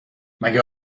مگه